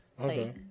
okay